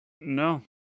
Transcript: No